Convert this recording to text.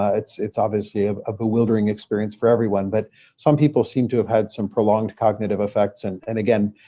ah it's it's obviously ah a bewildering experience for everyone, but some people seem to have had some prolonged cognitive effects. and and again,